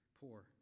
poor